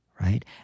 Right